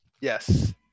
yes